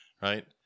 Right